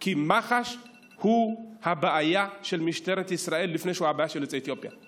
כי מח"ש הוא הבעיה של משטרת ישראל לפני שהוא הבעיה של יוצאי אתיופיה,